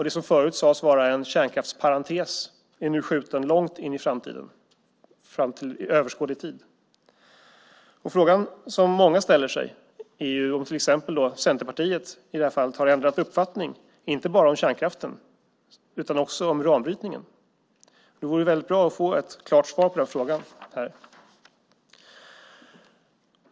Det som förut sades vara en kärnkraftsparentes är nu framskjutet långt in i framtiden, i överskådlig tid. Frågan som många ställer sig är om till exempel Centerpartiet i det här fallet har ändrat uppfattning inte bara om kärnkraften utan också om uranbrytningen. Det vore väldigt bra att få ett klart svar på den frågan här.